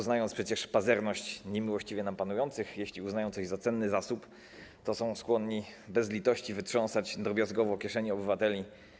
Znamy przecież pazerność niemiłościwie nam panujących: jeśli uznają coś za cenny zasób, to są skłonni bez litości wytrząsać drobiazgowo kieszenie obywateli.